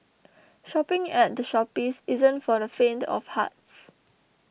shopping at The Shoppes isn't for the faint of hearts